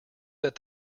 that